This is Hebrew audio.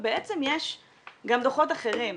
ובעצם יש גם דוחות אחרים,